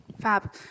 Fab